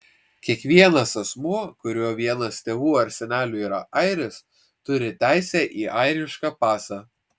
kiekvienas asmuo kurio vienas tėvų ar senelių yra airis turi teisę į airišką pasą